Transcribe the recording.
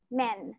men